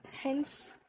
hence